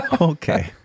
okay